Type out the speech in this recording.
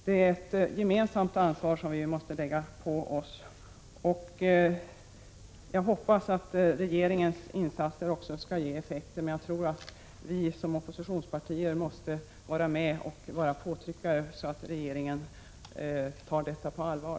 Det är ett gemensamt ansvar som vi måste lägga på oss. Jag hoppas att regeringens insatser också skall ge effekter, men jag tror att vi som representerar oppositionspartier även måste vara med och trycka på, så att regeringen tar detta arbete på allvar.